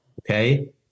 okay